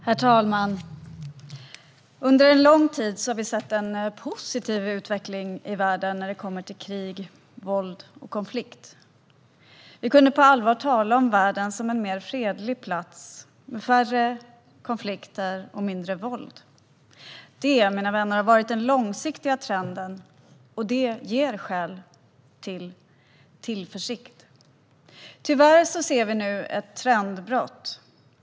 Herr talman! Under en lång tid har vi sett en positiv utveckling i världen när det kommer till krig, våld och konflikt. Vi kunde på allvar tala om världen som en mer fredlig plats med färre konflikter och mindre våld. Det, mina vänner, har varit den långsiktiga trenden och det ger skäl till tillförsikt. Tyvärr ser vi nu ett trendbrott.